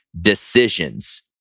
decisions